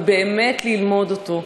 ובאמת ללמוד אותו.